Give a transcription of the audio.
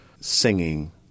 singing